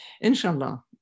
inshallah